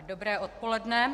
Dobré odpoledne.